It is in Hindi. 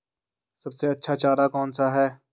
सबसे अच्छा चारा कौन सा है?